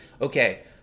Okay